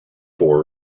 four